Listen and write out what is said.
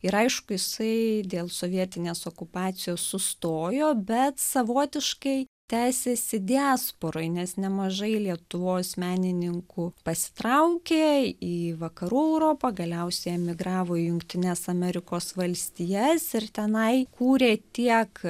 ir aišku jisai dėl sovietinės okupacijos sustojo bet savotiškai tęsiasi diasporoj nes nemažai lietuvos menininkų pasitraukė į vakarų europą galiausiai emigravo į jungtines amerikos valstijas ir tenai kūrė tiek